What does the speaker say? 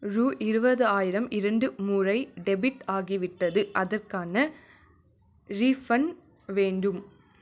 ரூபா இருபதாயிரம் இரண்டு முறை டெபிட் ஆகிவிட்டது அதற்கான ரீஃபண்ட் வேண்டும்